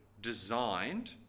designed